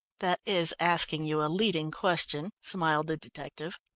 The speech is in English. that is asking you a leading question, smiled the detective.